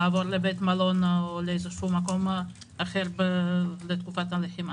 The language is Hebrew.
לעבור לבית מלון או למקום אחר בתקופת הלחימה.